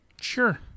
Sure